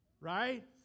right